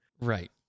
Right